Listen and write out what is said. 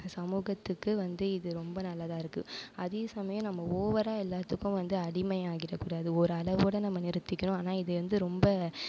சமூகத்துக்கு வந்து இது ரொம்ப நல்லாதாகருக்கு அதே சமயம் ஓவராக எல்லாத்துக்கும் வந்து அடிமையாகிவிடகூடாது ஒரு அளவோட நம்ம நிறுத்திக்கனும் ஆனால் இது வந்து ரொம்ப